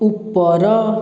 ଉପର